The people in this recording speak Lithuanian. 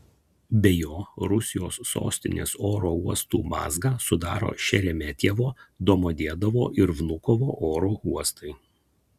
be jo rusijos sostinės oro uostų mazgą sudaro šeremetjevo domodedovo ir vnukovo oro uostai